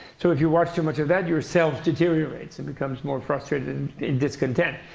so if you watch too much of that, your self deteriorates and becomes more frustrated and discontent.